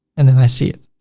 and then i see it.